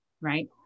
right